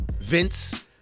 Vince